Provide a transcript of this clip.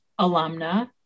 alumna